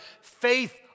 faith